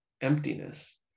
emptiness